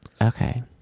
Okay